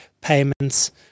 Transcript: payments